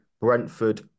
Brentford